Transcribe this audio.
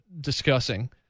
discussing